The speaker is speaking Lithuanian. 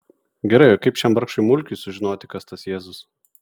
gerai o kaip šiam vargšui mulkiui sužinoti kas tas jėzus